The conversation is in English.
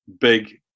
big